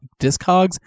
Discogs